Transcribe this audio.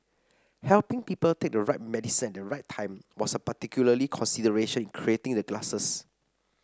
helping people take the right medicine at the right time was a particular consideration in creating the glasses